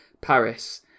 Paris